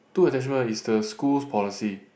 two attachment is the school's policy